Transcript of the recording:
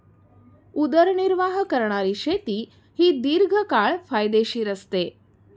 उदरनिर्वाह करणारी शेती ही दीर्घकाळ फायदेशीर असते